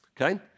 okay